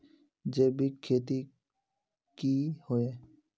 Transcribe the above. जैविक खेती की होय?